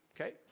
Okay